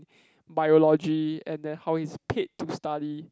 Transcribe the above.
biology and then how he's paid to study